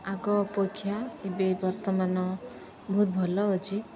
ଆଗ ଅପେକ୍ଷା ଏବେ ବର୍ତ୍ତମାନ ବହୁତ ଭଲ ଅଛି